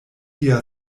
tia